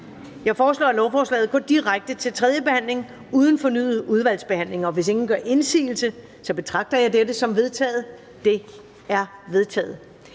Jeg foreslår, at lovforslaget går direkte til tredje behandling uden fornyet udvalgsbehandling. Hvis ingen gør indsigelse, betragter jeg dette som vedtaget. Det er vedtaget.